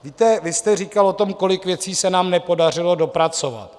Víte, vy jste říkal o tom, kolik věcí se nám nepodařilo dopracovat.